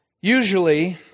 Usually